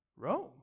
Rome